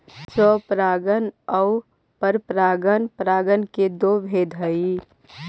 स्वपरागण आउ परपरागण परागण के दो भेद हइ